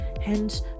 Hence